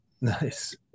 Nice